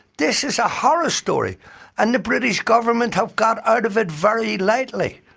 this is a horror story and the british government have got out of it very lightly.